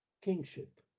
kingship